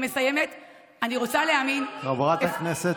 אני מסיימת חברת הכנסת